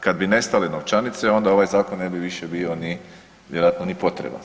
Kad bi nestale novčanice onda ovaj zakon ne bi više bio vjerojatno ni potreban.